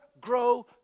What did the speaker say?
grow